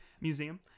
Museum